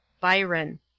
Byron